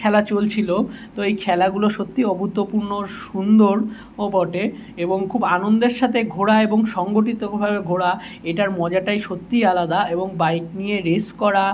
খেলা চলছিলো তো এই খেলাগুলো সত্যি অভূতপূর্ণ সুন্দর ও বটে এবং খুব আনন্দের সাথে ঘোরা এবং সংগঠিতভাবে ঘোরা এটার মজাটাই সত্যিই আলাদা এবং বাইক নিয়ে রেস করা